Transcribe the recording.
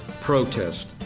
protest